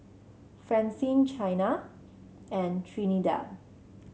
Francine Chyna and Trinidad